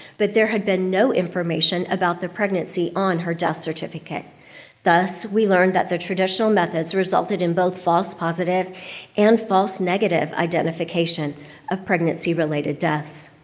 but there had been no information about the pregnancy on her death certificate thus we learned that the traditional methods resulted in both false positive and false negative identification of pregnancy-related deaths.